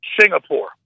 Singapore